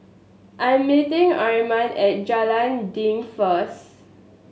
I am meeting Armin at Jalan Dinding first